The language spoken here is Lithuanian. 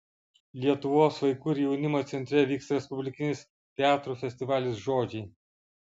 lietuvos vaikų ir jaunimo centre vyks respublikinis teatrų festivalis žodžiai